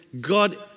God